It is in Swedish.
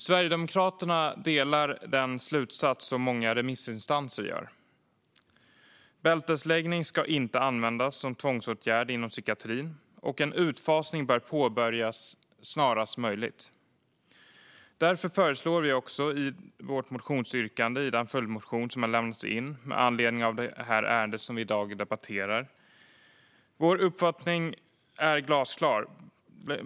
Sverigedemokraterna delar den slutsats som många remissinstanser drar: Bältesläggning ska inte användas som tvångsåtgärd inom psykiatrin, och en utfasning bör påbörjas snarast möjligt. Därför föreslår vi detta i vårt motionsyrkande i den följdmotion som har lämnats in med anledning av det ärende som vi i dag debatterar. Vår uppfattning är glasklar.